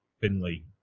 Finley